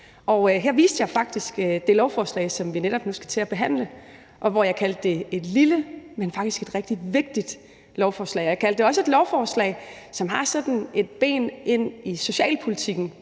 her viste jeg faktisk det lovforslag, som vi netop nu behandler, og som jeg kaldte et lille, men faktisk rigtig vigtigt lovforslag. Jeg kaldte det også et lovforslag, som på en vis måde har et ben ind i socialpolitikken,